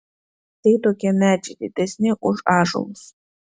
tai tokie medžiai didesni už ąžuolus